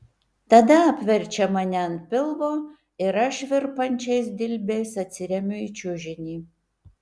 tada apverčia mane ant pilvo ir aš virpančiais dilbiais atsiremiu į čiužinį